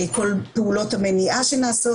כל פעולות המניעה שנעשות,